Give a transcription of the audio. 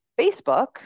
Facebook